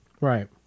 Right